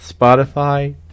Spotify